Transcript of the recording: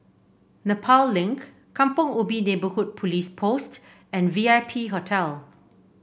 Nepal Link Kampong Ubi Neighbourhood Police Post and V I P Hotel